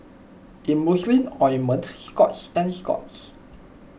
Emulsying Ointment Scott's and Scott's